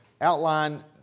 outline